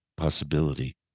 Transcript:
possibility